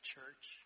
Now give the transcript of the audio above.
church